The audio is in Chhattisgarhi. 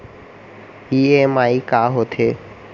ई.एम.आई का होथे?